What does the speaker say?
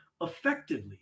effectively